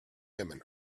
women